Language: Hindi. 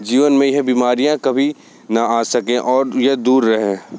जीवन में यह बीमारियाँ कभी न आ सकें और यह दूर रहे